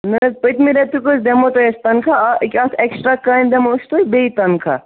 نہٕ حظ پٔتۍمہِ رٮ۪تُک حظ دِمو تۄہہِ أسۍ تَنخواہ آ ییٚکیٛاہ اَتھ اٮ۪کسٹرٛا کامہِ دِمو أسۍ تۄہہِ بیٚیہِ تَنخواہ